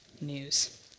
news